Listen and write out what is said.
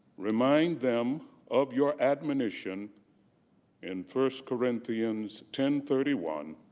remind them of your admonition in first corinthians ten thirty one